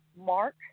Mark